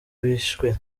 bishwe